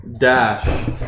Dash